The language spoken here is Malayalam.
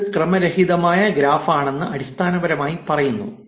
ഇത് ക്രമരഹിതമായ ഗ്രാഫാണെന്ന് അടിസ്ഥാനപരമായി പറയുന്നു